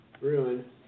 Ruin